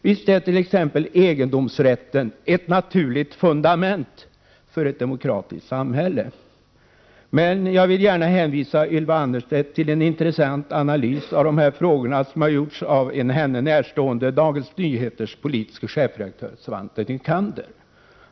Visst är t.ex. egendomsrätten ett naturligt fundament för ett demokratiskt samhälle, men jag vill gärna hänvisa Ylva Annerstedt till en intressant analys av de här frågorna som har gjorts av en henne politiskt närstående, Dagens Nyheters politiske chefredaktör Svante Nycander.